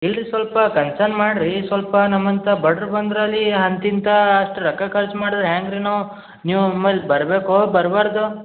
ಇಲ್ರಿ ಸ್ವಲ್ಪ ಕನ್ಸರ್ನ್ ಮಾಡ್ರಿ ಸ್ವಲ್ಪ ನಮ್ಮಂಥ ಬಡವರು ಬಂದ್ರಲಿ ಅಂತಿಂತ ಅಷ್ಟು ರೊಕ್ಕ ಖರ್ಚ್ ಮಾಡಿದರೆ ಹೆಂಗೆ ರೀ ನಾವು ನೀವು ಆಮೇಲೆ ಬರ್ಬೇಕೊ ಬರ್ಬಾರದೋ